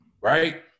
Right